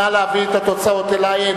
נא להביא את התוצאות אלי.